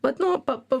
vat nu pa pa